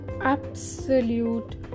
absolute